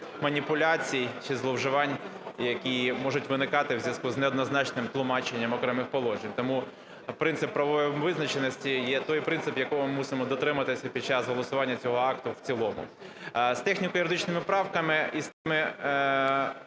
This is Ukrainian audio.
маніпуляцій чи зловживань, які можуть виникати у зв'язку з неоднозначним тлумаченням окремих положень. Тому принцип правової визначеності є той принцип, якого ми мусимо дотримуватись під час голосування цього акту в цілому. З техніко-юридичними правками і з тими